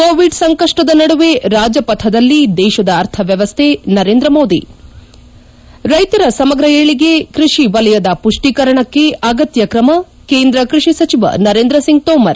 Covid ಸಂಕಷ್ಟದ ನಡುವೆ ರಾಜಪಥದಲ್ಲಿ ದೇಶದ ಅರ್ಥವ್ಲವಸ್ಲೆ ನರೇಂದ್ರ ಮೋದಿ ರೈತರ ಸಮಗ್ರ ಏಳಿಗೆ ಕೃಷಿ ವಲಯದ ಪುಷ್ಷೀಕರಣಕ್ಕೆ ಅಗತ್ಯ ಕ್ರಮ ಕೇಂದ್ರ ಕೃಷಿ ಸಚಿವ ನರೇಂದ್ರ ಸಿಂಗ್ ತೋಮರ್